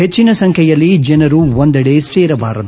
ಹೆಚ್ಚಿನ ಸಂಖ್ಲೆಯಲ್ಲಿ ಜನರು ಒಂದೆಡೆ ಸೇರಬಾರದು